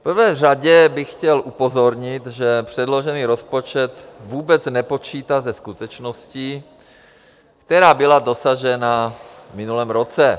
V prvé řadě bych chtěl upozornit, že předložený rozpočet vůbec nepočítá se skutečností, která byla dosažena v minulém roce.